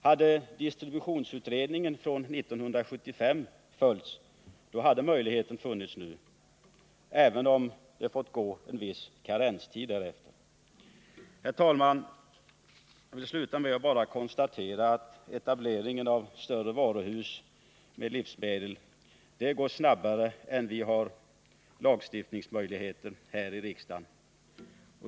Om distributionsutredningens förslag från 1975 hade följts, skulle den möjligheten ha funnits nu, även om vi hade fått räkna med en viss ”karenstid”. Herr talman! Jag vill till slut bara konstatera att etableringen av större " varuhus med livsmedelsförsäljning går snabbare än vad vi har möjlighet att reglera via lagstiftning här i riksdagen.